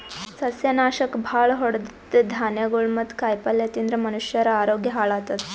ಸಸ್ಯನಾಶಕ್ ಭಾಳ್ ಹೊಡದಿದ್ದ್ ಧಾನ್ಯಗೊಳ್ ಮತ್ತ್ ಕಾಯಿಪಲ್ಯ ತಿಂದ್ರ್ ಮನಷ್ಯರ ಆರೋಗ್ಯ ಹಾಳತದ್